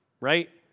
right